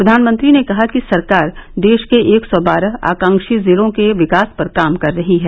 प्रधानमंत्री ने कहा कि सरकार देश के एक सौ बारह आकांक्षी जिलों के विकास पर काम कर रही है